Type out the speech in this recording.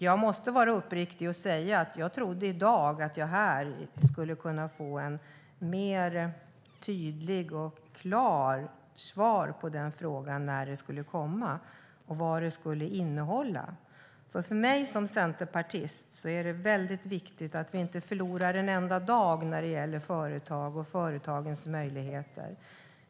Jag måste vara uppriktig och säga att jag trodde att jag här i dag skulle kunna få ett tydligare och klarare svar på frågan om när förslaget ska komma och vad det kommer att innehålla. För mig som centerpartist är det väldigt viktigt att vi inte förlorar en enda dag när det gäller företagen och deras möjligheter.